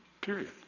period